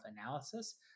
analysis